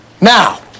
Now